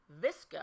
Visco